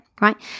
right